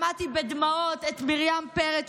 שמעתי בדמעות את מרים פרץ,